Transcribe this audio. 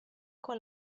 con